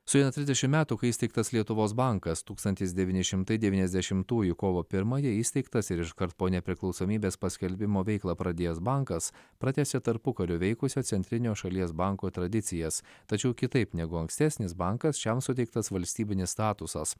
suėjo trisdešim metų kai įsteigtas lietuvos bankas tūkstantis devyni šimtai devyniasdešimųjų kovo pirmąją įsteigtas ir iškart po nepriklausomybės paskelbimo veiklą pradėjęs bankas pratęsė tarpukariu veikusio centrinio šalies banko tradicijas tačiau kitaip negu ankstesnis bankas šiam suteiktas valstybinis statusas